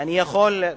שאני יכול,